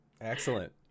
excellent